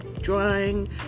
drawing